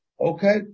Okay